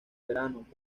verano